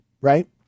right